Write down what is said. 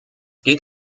geht